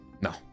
No